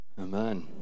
Amen